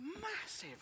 massive